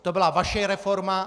To byla vaše reforma.